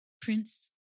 prince